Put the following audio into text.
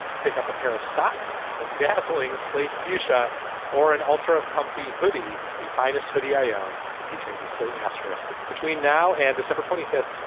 pick up a pair of socks and dazzling slate fuchsia or an ultra comfy hoodie, the finest hoodie ioane featuring the slate asterisk between now and december twenty fifth.